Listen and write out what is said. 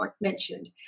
mentioned